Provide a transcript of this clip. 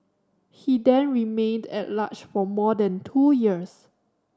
he then remained at large for more than two years